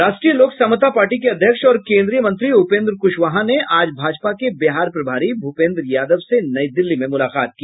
राष्ट्रीय लोक समता पार्टी के अध्यक्ष और केन्द्रीय मंत्री उपेन्द्र क्शवाहा ने आज भाजपा के बिहार प्रभारी भूपेन्द्र यादव से नई दिल्ली में मुलाकात की